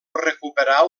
recuperar